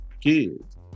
kids